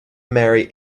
marry